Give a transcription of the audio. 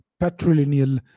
patrilineal